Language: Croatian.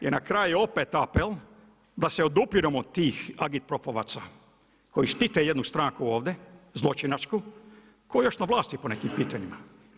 I na kraju opet apel, da se odupiremo od tih agitpropovaca, koji štite jednu stranku ovdje, zločinačku, koja je još na vlasti po nekim pitanjima.